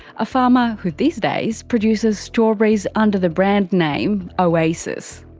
a farmer who these days produces strawberries under the brand name oasis.